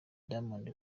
diamond